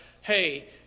hey